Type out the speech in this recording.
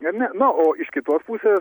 ir ne na o iš kitos pusės